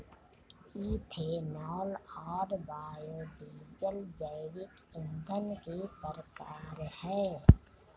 ethanol और biodiesel जैविक ईंधन के प्रकार है